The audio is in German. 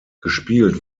gespielt